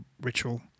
ritual